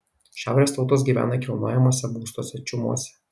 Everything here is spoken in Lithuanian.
šiaurės tautos gyvena kilnojamuose būstuose čiumuose